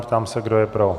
Ptám se, kdo je pro.